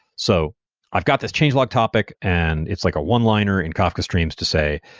so i've got this change log topic and it's like a one-liner in kafka streams to say,